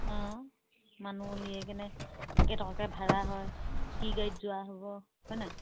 অঁ মানুহ উলিয়াই কিনে কেই টকাকে ভাড়া হয় কি গাড়ীত যোৱা হ'ব হয়নে